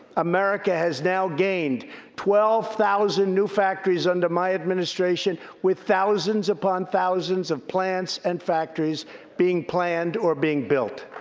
america has now gained twelve thousand new factories under my administration, with thousands upon thousands of plants and factories being planned or being built.